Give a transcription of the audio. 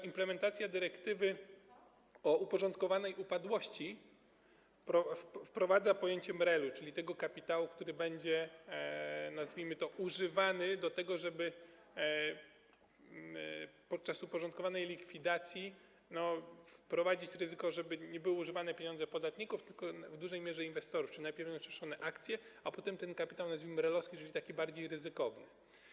Implementacja dyrektywy o uporządkowanej upadłości wprowadza pojęcie MREL-u, czyli kapitału, który będzie, nazwijmy to, używany do tego, żeby podczas uporządkowanej likwidacji ograniczyć ryzyko, żeby nie były używane pieniądze podatników, tylko w dużej mierze inwestorów, czyli najpierw będą ruszone akcje, a potem kapitał, nazwijmy go, MREL-owski, a więc taki bardziej ryzykowny.